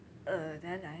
uh 怎样讲 leh